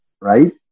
right